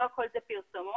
לא הכול זה פרסומות,